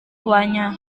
tuanya